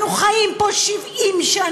אנחנו חיים פה 70 שנה,